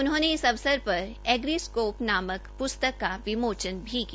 उन्होंने इस अवसर पर एग्रीस्कोप नामक प्स्तक का विमोचन किया